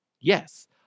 Yes